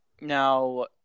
Now